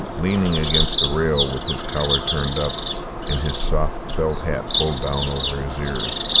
leaning against the rail with his collar turned up and his soft felt hat pulled down over his ears,